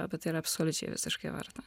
bet tai yra absoliučiai visiškai verta